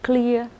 Clear